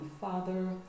father